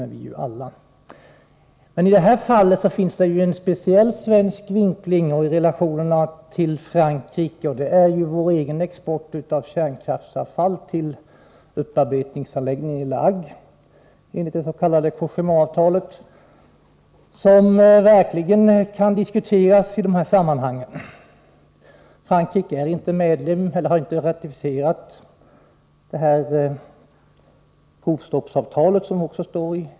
Men i det här fallet, när det gäller relationerna till Frankrike, finns det en speciell svensk vinkling som verkligen kan diskuteras — jag tänker på vår egen export av kärnkraftsavfall till upparbetningsanläggningen i La Hague enligt det s.k. Cogéma-avtalet. Frankrike har — som också sägs i interpellationssvaret — inte ratificerat provstoppsavtalet.